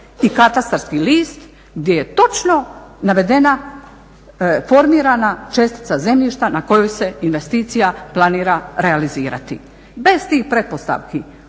i katastarski list gdje je točno navedena formirana čestica zemljišta na kojoj se investicija planira realizirati. Bez tih pretpostavki